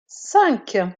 cinq